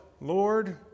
Lord